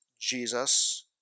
Jesus